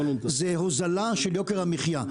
זה הוזלה של יוקר המחיה.